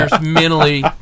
mentally